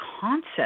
concept